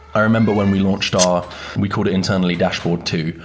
i remember when we launched our we called it internally dashboard two,